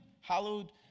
Hallowed